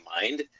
mind